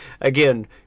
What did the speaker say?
again